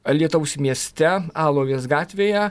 alytaus mieste alovės gatvėje